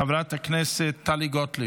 חברת הכנסת טלי גוטליב,